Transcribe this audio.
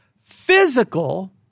Physical